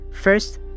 first